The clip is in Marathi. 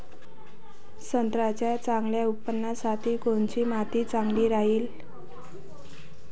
संत्र्याच्या चांगल्या उत्पन्नासाठी कोनची माती चांगली राहिनं?